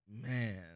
Man